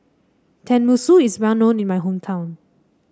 Tenmusu is well known in my hometown